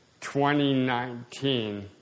2019